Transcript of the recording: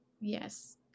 yes